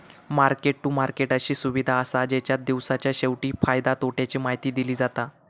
market to market अशी सुविधा असा जेच्यात दिवसाच्या शेवटी फायद्या तोट्याची माहिती दिली जाता